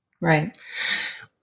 right